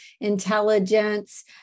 intelligence